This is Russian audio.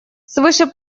свыше